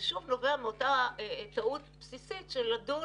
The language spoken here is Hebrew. זה שוב נובע מאותה טעות בסיסית שלא דנו